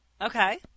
Okay